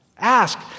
Ask